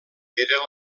era